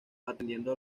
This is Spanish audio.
atendiendo